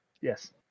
Yes